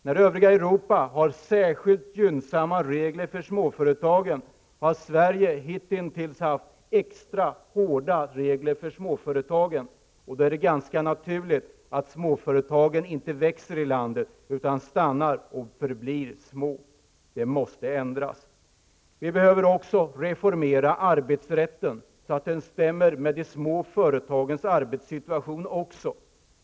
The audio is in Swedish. När övriga Europa har särskilt gynnsamma regler för småföretagen, har Sverige hitintills haft extra hårda regler för dessa företag, och då är det ganska naturligt att småföretagen här i landet inte växer utan förblir små. Det måste ändras. Vi behöver reformera arbetsrätten, så att den stämmer också med de små företagens arbetssituation också.